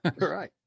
Right